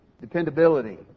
dependability